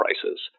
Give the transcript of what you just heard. prices